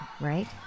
right